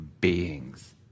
beings